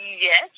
yes